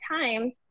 time